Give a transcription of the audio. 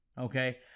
okay